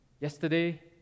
yesterday